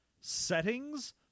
settings